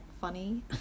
funny